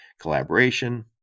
collaboration